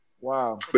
Wow